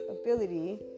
ability